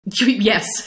Yes